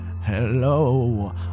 Hello